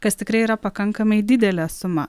kas tikrai yra pakankamai didelė suma